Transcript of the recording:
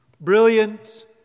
Brilliant